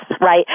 right